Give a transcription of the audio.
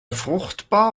fruchtbar